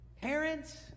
parents